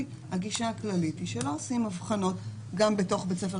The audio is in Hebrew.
הגישה הכללית היא שלא עושים הבחנות גם בתוך בית הספר,